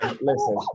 Listen